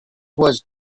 was